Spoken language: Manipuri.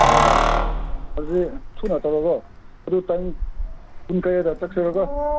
ꯑꯣ ꯑꯗꯨꯗꯤ ꯊꯨꯅ ꯇꯧꯔꯣꯀꯣ ꯑꯗꯨ ꯇꯥꯡ ꯀꯨꯟ ꯇꯔꯦꯠꯇ ꯆꯠꯁꯦꯕꯀꯣ